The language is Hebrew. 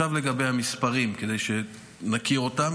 עכשיו לגבי המספרים, כדי שנכיר אותם.